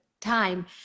time